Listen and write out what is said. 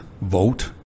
vote